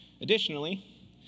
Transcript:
Additionally